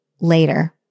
later